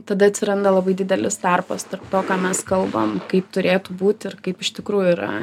tada atsiranda labai didelis tarpas tarp to ką mes kalbam kaip turėtų būti ir kaip iš tikrųjų yra